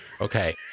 Okay